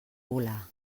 volar